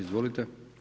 Izvolite.